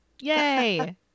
Yay